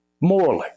Morally